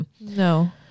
No